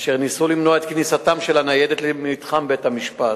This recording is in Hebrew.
אשר ניסו למנוע את כניסתה של הניידת למתחם בית-המשפט,